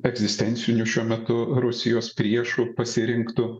egzistenciniu šiuo metu rusijos priešu pasirinktu